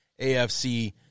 AFC